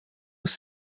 was